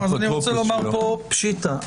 אז אני רוצה לומר פה: פשיטא.